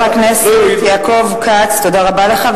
חבר הכנסת יעקב כץ, תודה רבה לך.